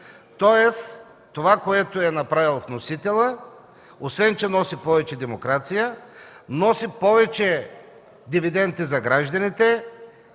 Тоест, това, което е направил вносителят, освен че носи повече демокрация, носи повече дивиденти за гражданите